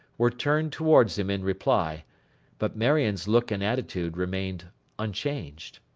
were turned towards him in reply but marion's look and attitude remained unchanged.